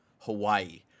Hawaii